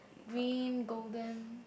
green golden